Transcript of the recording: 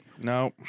No